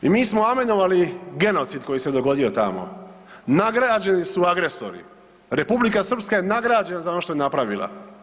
I mi smo amenovali genocid koji se dogodio tamo, nagrađeni su agresori, Republika Srpska je nagrađena za ono što je napravila.